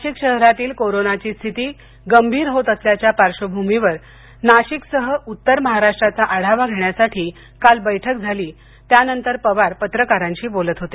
नाशिक शहरातील कोरोनाची स्थिती गंभीर होत असल्याच्या पार्श्वभूमीवर नाशिकसह उत्तर महाराष्ट्राचा आढावा घेण्यासाठी काल बैठक झाली त्यानंतर पवार पत्रकारांशी बोलत होते